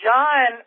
John